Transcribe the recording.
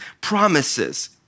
promises